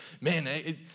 Man